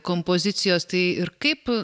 kompozicijos tai ir kaip